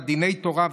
ודיני התורה,